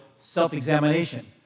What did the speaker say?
self-examination